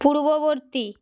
পূর্ববর্তী